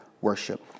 worship